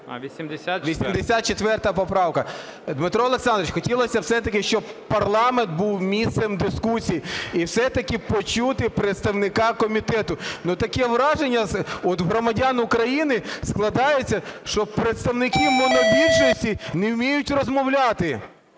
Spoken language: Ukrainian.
84 поправка. Дмитро Олександрович, хотілося все-таки, щоб парламент був місцем дискусії і все-таки почути представника комітету. Таке враження в громадян України складається, що представники монобільшості не вміють розмовляти.